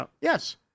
yes